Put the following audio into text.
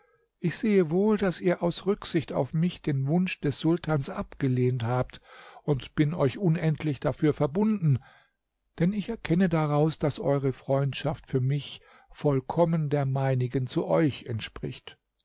ich sehe wohl daß ihr aus rücksicht auf mich den wunsch des sultans abgelehnt habt und bin euch unendlich dafür verbunden denn ich erkenne daraus daß eure freundschaft für mich vollkommen der meinigen zu euch entspricht